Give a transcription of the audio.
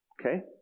Okay